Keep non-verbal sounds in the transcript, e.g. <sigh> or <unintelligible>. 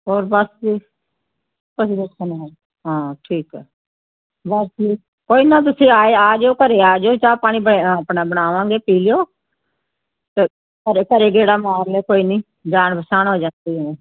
ਹੋਰ ਬਸ ਜੀ ਤੁਸੀਂ <unintelligible> ਹਾਂ ਠੀਕ ਹੈ ਬਸ ਜੀ ਕੋਈ ਨਾ ਤੁਸੀਂ ਆਏ ਆ ਜਾਇਓ ਘਰ ਆ ਜਾਇਓ ਚਾਹ ਪਾਣੀ <unintelligible> ਆਪਣਾ ਬਣਾਵਾਂਗੇ ਪੀ ਲਿਓ ਘਰੇ ਘਰ ਗੇੜਾ ਮਾਰ ਲਿਓ ਕੋਈ ਨਹੀਂ ਜਾਣ ਪਹਿਚਾਣ ਹੋ ਜਾਂਦੀ ਆ